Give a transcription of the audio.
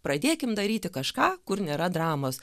pradėkim daryti kažką kur nėra dramos